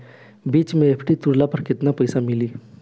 बीच मे एफ.डी तुड़ला पर केतना पईसा मिली?